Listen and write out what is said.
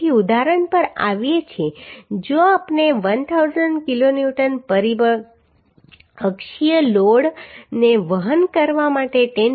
તેથી ઉદાહરણ પર આવીએ છીએ જો આપણે 1000 કિલોન્યુટનના પરિબળ અક્ષીય લોડને વહન કરવા માટે 10